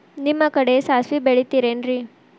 ನಿಮ್ಮ ಕಡೆ ಸಾಸ್ವಿ ಬೆಳಿತಿರೆನ್ರಿ?